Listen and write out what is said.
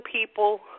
people